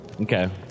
Okay